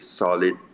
solid